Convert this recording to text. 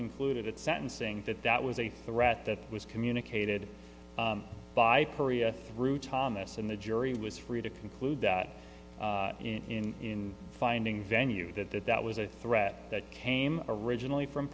concluded at sentencing that that was a threat that was communicated by korea through thomas and the jury was free to conclude that in finding venue that that that was a threat that came originally from